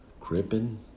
Crippen